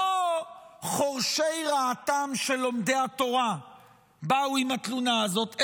לא חורשי רעתם של לומדי התורה באו עם התלונה הזאת,